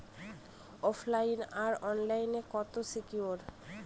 ওফ line আর online কতটা secure?